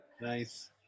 Nice